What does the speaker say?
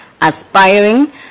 aspiring